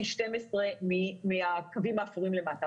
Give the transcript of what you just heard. פי 12 מהקווים האפורים למטה.